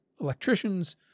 electricians